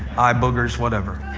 eye boogers, whatever.